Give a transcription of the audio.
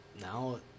now